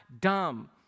dumb